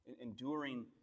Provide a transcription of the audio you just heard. enduring